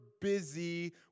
busy